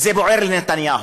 זה בוער לנתניהו.